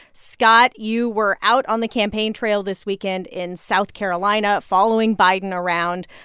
scott, you were out on the campaign trail this weekend in south carolina, following biden around.